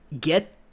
get